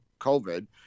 COVID